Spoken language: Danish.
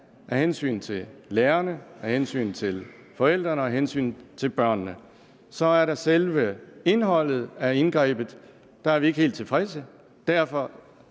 af hensyn til forældrene og af hensyn til børnene. Så er der selve indholdet af indgrebet. Der er vi ikke helt tilfredse,